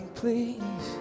please